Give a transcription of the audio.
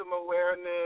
awareness